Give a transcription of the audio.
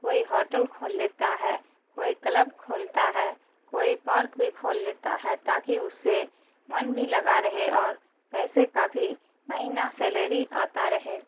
کوئی ہوٹل کھول لیتا ہے کوئی کلب کھولتا ہے کوئی پارک بھی کھول لیتا ہے تاکہ اس سے من بھی لگا رہے اور پیسے کا بھی مہینہ سیلری آتا رہے